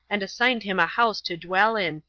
and assigned him a house to dwell in,